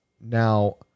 Now